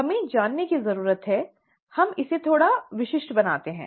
हमें जानने की जरूरत है ठीक है हम इसे थोड़ा और विशिष्ट बनाते हैं